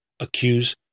accuse